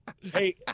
Hey